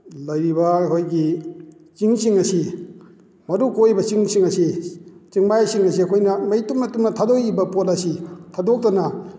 ꯂꯩꯔꯤꯕ ꯑꯩꯈꯣꯏꯒꯤ ꯆꯤꯡꯁꯤꯡ ꯑꯁꯤ ꯃꯔꯨ ꯀꯣꯛꯏꯕ ꯆꯤꯡꯁꯤꯡ ꯑꯁꯤ ꯆꯤꯡꯃꯥꯏꯁꯤꯡ ꯑꯁꯤ ꯑꯩꯈꯣꯏꯅ ꯃꯩ ꯇꯨꯝꯅ ꯇꯨꯝꯅ ꯊꯥꯗꯣꯛꯏꯕ ꯄꯣꯠ ꯑꯁꯤ ꯊꯥꯗꯣꯛꯇꯅ